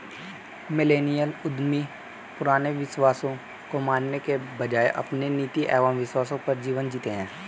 millennial उद्यमी पुराने विश्वासों को मानने के बजाय अपने नीति एंव विश्वासों पर जीवन जीते हैं